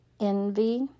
envy